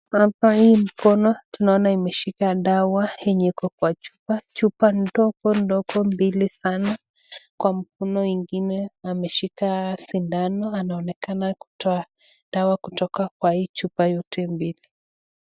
Hapa hii mkono tunaona imeshika dawa yenye iko kwa chupa. Chupa ndogo ndogo mbili sana kwa mkono ingine ameshika sindano anaonekana kutoa dawa kutoka kwa hii chupa yote mbili.